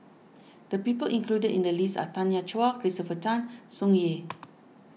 the people included in the list are Tanya Chua Christopher Tan Tsung Yeh